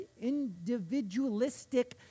individualistic